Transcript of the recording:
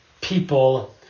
people